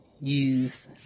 use